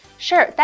Sure